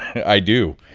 i do.